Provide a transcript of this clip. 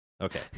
Okay